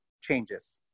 changes